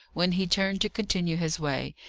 when he turned to continue his way,